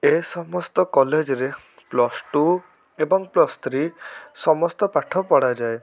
ଏ ସମସ୍ତ କଲେଜ୍ରେ plus two ଏବଂ ପ୍ଲସ୍ ଥ୍ରୀ ସମସ୍ତ ପାଠ ପଢ଼ାଯାଏ